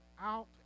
out